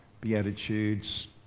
Beatitudes